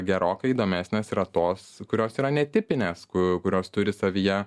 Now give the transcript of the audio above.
gerokai įdomesnės yra tos kurios yra netipinės kurios turi savyje